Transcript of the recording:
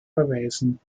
verweisen